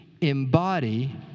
embody